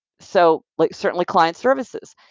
so like certainly, client services,